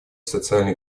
социально